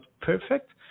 perfect